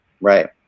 right